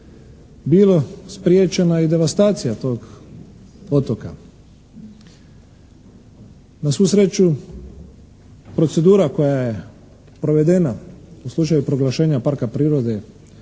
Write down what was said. bilo spriječena i devastacija tog otoka. Na svu sreću procedura koja je provedena u slučaju proglašenja parka prirode